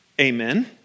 Amen